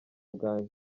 bwanjye